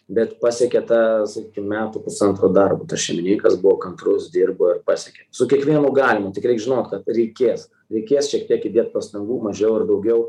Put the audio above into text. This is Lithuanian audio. bet pasiekė tą iki metų pusantro darbo tas šeimininkas buvo kantrus dirbo ir pasiekė su kiekvienu galima tik reik žinot kad reikės reikės šiek tiek įdėt pastangų mažiau ar daugiau